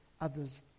others